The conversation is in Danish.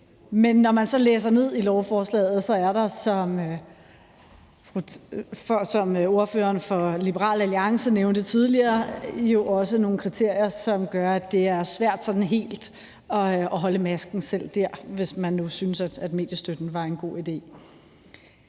Men når man så læser ned i lovforslaget, er der jo, som ordføreren for Liberal Alliance nævnte tidligere, også nogle kriterier, som gør, at det er svært sådan helt at holde masken, selv hvis man nu syntes, at mediestøtten var en god idé.